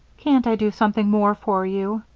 can't i do something more for you?